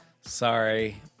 Sorry